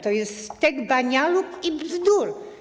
To jest stek banialuk i bzdur.